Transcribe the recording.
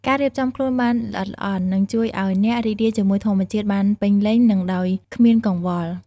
ការរៀបចំខ្លួនបានល្អិតល្អន់ នឹងជួយឲ្យអ្នករីករាយជាមួយធម្មជាតិបានពេញលេញ និងដោយគ្មានកង្វល់។